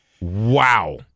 Wow